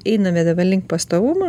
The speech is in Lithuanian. einame dabar link pastovumo